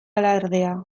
alardea